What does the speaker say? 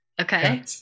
okay